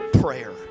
prayer